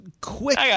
quick